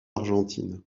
argentine